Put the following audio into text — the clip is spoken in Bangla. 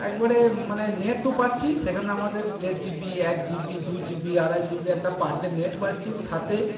একবারে মানে নেটও পাচ্ছি সেখানে আমাদের ডেড় জি বি এক জি বি দু জি বি আড়াই জি বি একটা পার ডে নেট পাচ্ছি সাথে